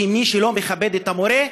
כי מי שלא מכבד את המורה,